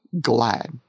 glad